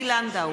עוזי לנדאו,